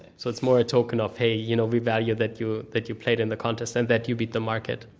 so it's more a token of, hey you know we value that you that you played in the contest and that you beat the market.